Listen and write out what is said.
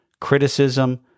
criticism